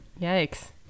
yikes